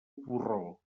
porró